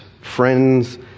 friends